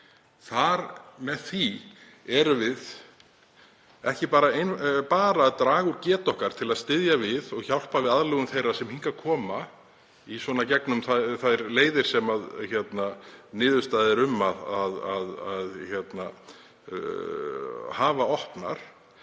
til. Með því erum við ekki bara að draga úr getu okkar til að styðja við og hjálpa við aðlögun þeirra sem hingað koma, í gegnum þær leiðir sem niðurstaða hefur náðst um að hafa opnar,